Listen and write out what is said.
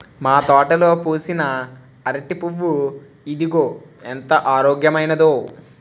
మా తోటలో పూసిన అరిటి పువ్వు ఇదిగో ఎంత ఆరోగ్యమైనదో